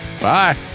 bye